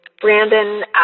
Brandon